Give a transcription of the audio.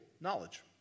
knowledge